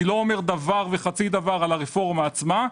אני לא אומר דבר וחצי דבר על הרפורמה עצמה,